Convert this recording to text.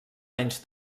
menys